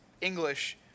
English